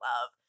love